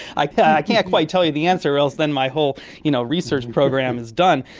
i can't quite tell you the answer or else then my whole you know research program is done,